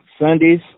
Sundays